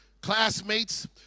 classmates